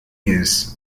years